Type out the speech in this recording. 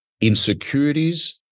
insecurities